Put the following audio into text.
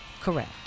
Correct